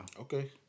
Okay